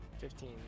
Fifteen